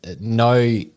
no